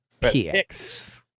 PX